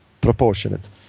proportionate